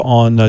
on